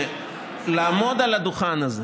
לעמוד על הדוכן הזה